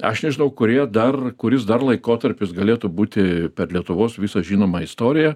aš nežinau kurie dar kuris dar laikotarpis galėtų būti per lietuvos visą žinomą istoriją